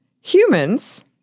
Humans